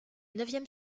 neuvième